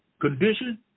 condition